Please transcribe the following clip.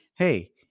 hey